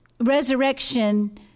resurrection